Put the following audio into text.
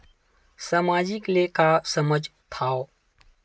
सामाजिक ले का समझ थाव?